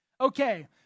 Okay